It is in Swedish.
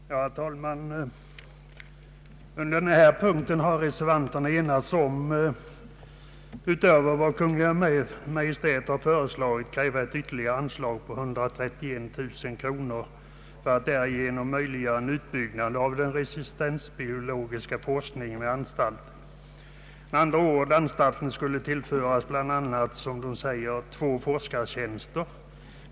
Herr talman! Under denna punkt har reservanterna enats om att — utöver vad Kungl. Maj:t föreslagit — kräva ett ytterligare anslag på 131 000 kronor för att möjliggöra en utbyggnad av den resistensbiologiska = forskningen «vid växtskyddsanstalten. Bland annat skulle anstalten tillföras två forskartjänster.